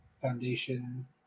Foundation